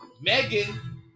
Megan